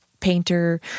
painter